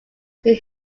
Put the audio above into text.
see